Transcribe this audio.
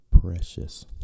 precious